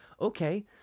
Okay